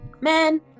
Man